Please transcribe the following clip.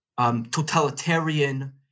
Totalitarian